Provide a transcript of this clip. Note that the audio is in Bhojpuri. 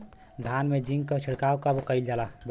धान में जिंक क छिड़काव कब कइल जाला?